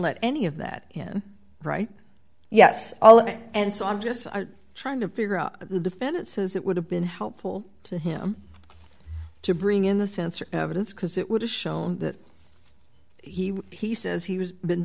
let any of that in right yes all and so i'm just trying to figure out the defendant says it would have been helpful to him to bring in the sensor because it would have shown that he he says he was been